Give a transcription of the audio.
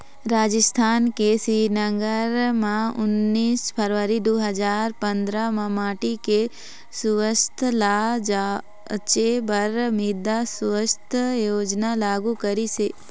राजिस्थान के श्रीगंगानगर म उन्नीस फरवरी दू हजार पंदरा म माटी के सुवास्थ ल जांचे बर मृदा सुवास्थ योजना लागू करिस हे